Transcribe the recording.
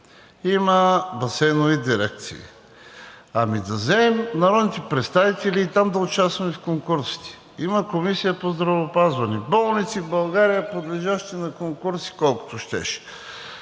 има басейнови дирекции. Ами да вземем народните представители и там да участваме в конкурсите. Има Комисия по здравеопазване, болници в България, подлежащи на конкурси, колкото щеш.